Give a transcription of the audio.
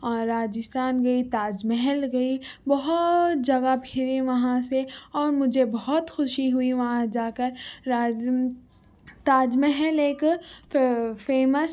اور راجستھان گئی تاج محل گئی بہت جگہ پھرے وہاں سے اور مجھے بہت خوشی ہوئی وہاں جا کر تاج محل ایک فیمس